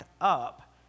up